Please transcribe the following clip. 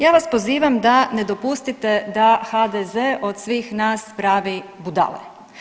Ja vas pozivam da ne dopustite da HDZ od svih nas pravi budale.